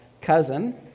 cousin